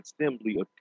assembly